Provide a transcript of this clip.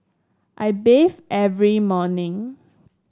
I bathe every morning